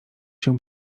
się